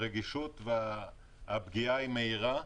הרגישות והפגיעה היא מהירה.